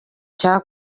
cya